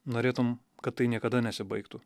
norėtum kad tai niekada nesibaigtų